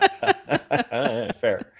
Fair